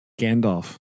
Gandalf